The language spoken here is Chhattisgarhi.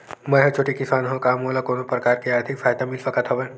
मै ह छोटे किसान हंव का मोला कोनो प्रकार के आर्थिक सहायता मिल सकत हवय?